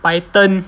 python